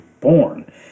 born